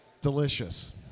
Delicious